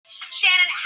Shannon